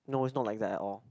no it's not like that at all